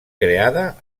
creada